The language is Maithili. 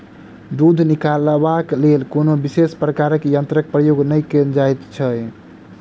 दूध निकालबाक लेल कोनो विशेष प्रकारक यंत्रक प्रयोग नै कयल जाइत छै